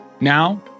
Now